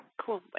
Cool